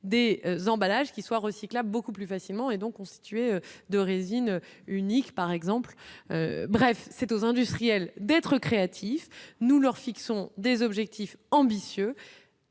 des emballages qui soient recyclables beaucoup plus facilement et donc constitué de résineux unique par exemple le bref c'est aux industriels d'être créatif, nous leur fixons des objectifs ambitieux.